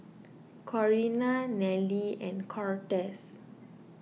Corina Nelly and Cortez